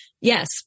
Yes